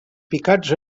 picats